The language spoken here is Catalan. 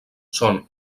són